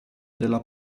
della